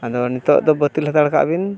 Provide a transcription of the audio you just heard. ᱟᱫᱚ ᱱᱤᱛᱚᱜ ᱫᱚ ᱵᱟᱹᱛᱤᱞ ᱦᱟᱛᱟᱲ ᱠᱟᱜ ᱵᱤᱱ